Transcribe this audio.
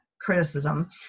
criticism